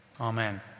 Amen